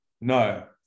No